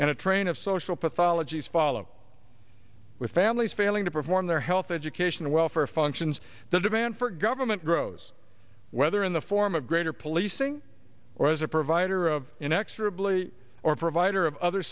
and a train of social pathologies follow with families failing to perform their health education and welfare functions the demand for government grows whether in the form of greater policing or as a provider of inexorably or provider of other